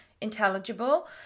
intelligible